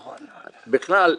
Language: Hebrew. בכלל,